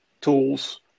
tools